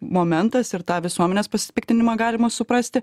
momentas ir tą visuomenės pasipiktinimą galima suprasti